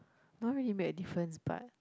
not really make a difference but